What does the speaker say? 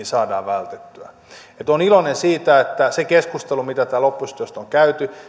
saadaan vältettyä olen iloinen siitä että sillä keskustelulla mitä täällä oppositiosta on käyty